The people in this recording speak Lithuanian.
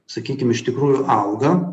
sakykim iš tikrųjų auga